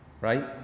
Right